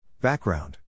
Background